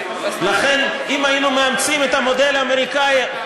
לכן, אם היינו מאמצים את המודל האמריקני,